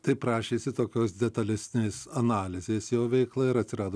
tai prašėsi tokios detalesnės analizės jo veikla ir atsirado